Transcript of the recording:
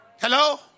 Hello